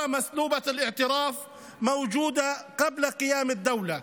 הכפרים הלא-מוכרים קיימים מלפני הקמת המדינה,